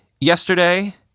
yesterday